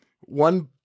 one